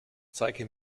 zeige